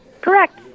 Correct